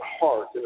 heart